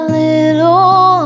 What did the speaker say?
little